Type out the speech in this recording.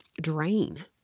drain